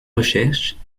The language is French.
recherches